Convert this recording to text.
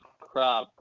crap